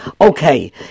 okay